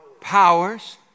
Powers